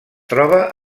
troba